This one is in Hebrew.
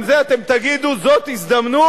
גם זה אתם תגידו: זאת הזדמנות,